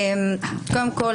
קודם כול,